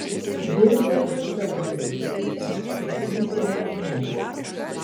dirbau čia savo dirbtuvėse ir siųsdavau jiems